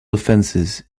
offenses